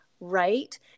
right